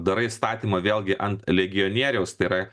darai statymą vėlgi ant legionieriaus tai yra